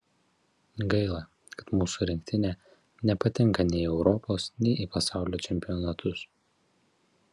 gaila kad mūsų rinktinė nepatenka nei į europos nei į pasaulio čempionatus